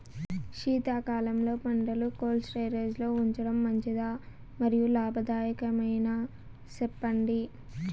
శీతాకాలంలో పంటలు cold storage లో ఉంచడం మంచిదా? మరియు లాభదాయకమేనా, సెప్పండి